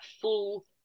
full